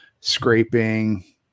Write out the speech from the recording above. scraping